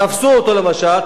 תפסו אותו למשל,